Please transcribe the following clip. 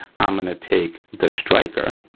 i'm gonna take the striker,